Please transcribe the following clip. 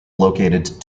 located